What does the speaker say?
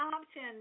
option